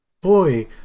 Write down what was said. boy